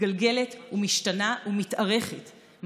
מתגלגלת ומשתנה ומתארכת,